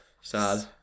Sad